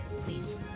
please